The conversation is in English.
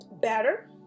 better